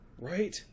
Right